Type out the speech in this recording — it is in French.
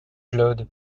claude